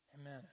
Amen